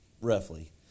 roughly